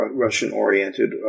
Russian-oriented